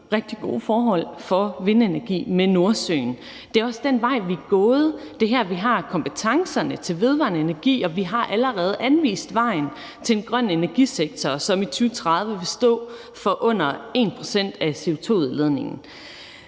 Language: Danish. rigtig gode forhold for vindenergi. Det er også den vej, vi er gået. Det er her, vi har kompetencerne inden for vedvarende energi, og vi har allerede anvist vejen til en grøn energisektor, som i 2030 vil stå for under 1 pct. af CO2-udledningen.